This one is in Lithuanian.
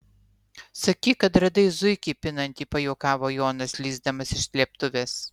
sakyk kad radai zuikį pinantį pajuokavo jonas lįsdamas iš slėptuvės